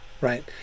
Right